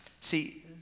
See